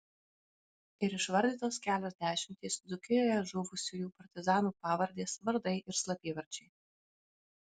ir išvardytos kelios dešimtys dzūkijoje žuvusiųjų partizanų pavardės vardai ir slapyvardžiai